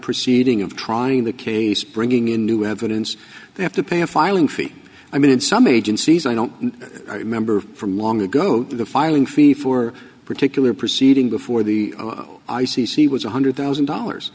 proceeding of trying the case bringing in new evidence they have to pay a fine i mean in some agencies i don't remember from long ago the filing fee for a particular proceeding before the i c c was one hundred thousand dollars